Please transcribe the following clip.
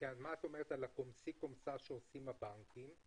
מה את אומרת על הקומסי קומסה שעושים הבנקים?